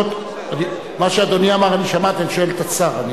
מה שאדוני אמר שמעתי, אני שואל את השר.